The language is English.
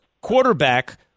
quarterback